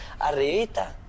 arribita